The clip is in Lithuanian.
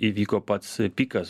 įvyko pats pikas